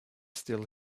still